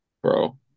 Bro